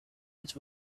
which